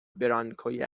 برانکوی